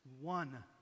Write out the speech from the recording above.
one